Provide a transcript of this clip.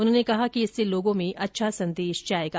उन्होंने कहा कि इससे लोगों में अच्छा संदेश जाएगा